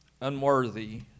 unworthy